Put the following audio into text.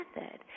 method